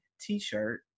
t-shirt